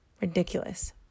Ridiculous